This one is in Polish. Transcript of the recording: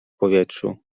powietrzu